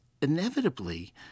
inevitably